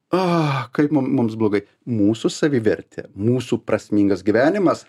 a kaip mum mums blogai mūsų savivertė mūsų prasmingas gyvenimas